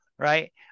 Right